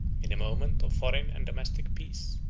in a moment of foreign and domestic peace,